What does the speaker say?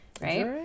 right